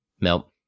Nope